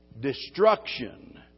Destruction